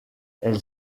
elle